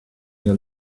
your